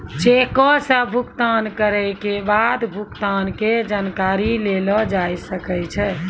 चेको से भुगतान करै के बाद भुगतान के जानकारी लेलो जाय सकै छै